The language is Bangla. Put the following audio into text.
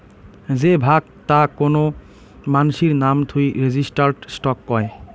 যে ভাগ তা কোন মানাসির নাম থুই রেজিস্টার্ড স্টক কয়